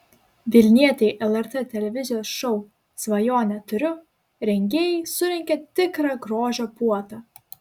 vilnietei lrt televizijos šou svajonę turiu rengėjai surengė tikrą grožio puotą